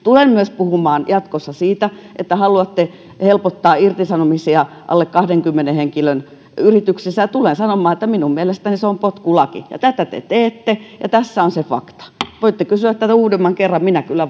tulen myös puhumaan jatkossa siitä että haluatte helpottaa irtisanomisia alle kahdenkymmenen henkilön yrityksissä ja tulen sanomaan että minun mielestäni se on potkulaki tätä te teette ja tässä on se fakta voitte kysyä tätä uudemman kerran minä kyllä